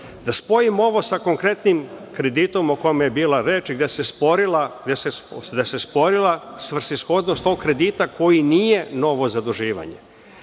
Da spojim ovo sa konkretnim kreditom o kome je bilo reč gde se sporila svrsishodnost tog kredita koji nije novo zaduživanje,